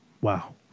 wow